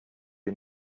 you